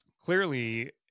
clearly